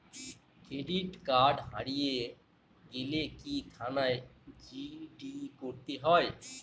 Credit card হারিয়ে গেলে কি থানায় জি.ডি করতে হয়?